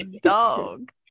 dog